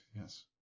yes